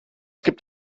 gibt